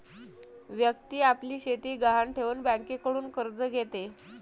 व्यक्ती आपली शेती गहाण ठेवून बँकेकडून कर्ज घेते